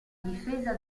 difesa